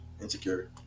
insecure